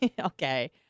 Okay